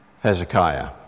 Hezekiah